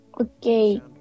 Okay